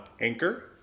Anchor